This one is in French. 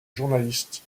journaliste